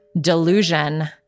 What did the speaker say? delusion